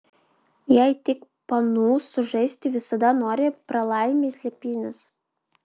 jei tik panūstu žaisti visada noriai pralaimi slėpynes